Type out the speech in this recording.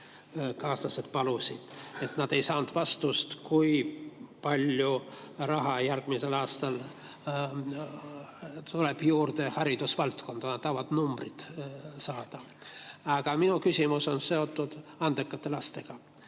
palusid. Nad ei saanud vastust, kui palju raha järgmisel aastal tuleb juurde haridusvaldkonda, nad tahavad numbreid saada. Aga minu küsimus on seotud andekate lastega.